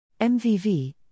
MVV